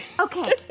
Okay